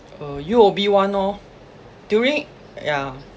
uh U_O_B one lor during yeah